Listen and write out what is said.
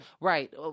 Right